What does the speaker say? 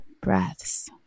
breaths